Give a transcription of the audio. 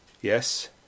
Yes